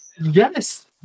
Yes